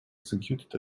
executed